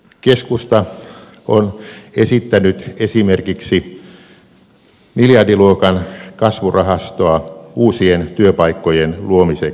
keskusta on esittänyt esimerkiksi miljardiluokan kasvurahastoa uusien työpaikkojen luomiseksi